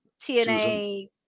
tna